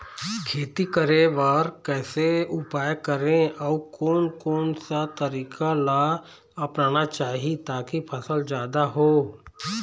खेती करें बर कैसे उपाय करें अउ कोन कौन सा तरीका ला अपनाना चाही ताकि फसल जादा हो?